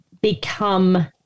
become